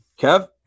Kev